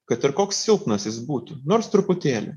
kad ir koks silpnas jis būtų nors truputėlį